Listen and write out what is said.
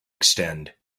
extend